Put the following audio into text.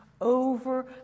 over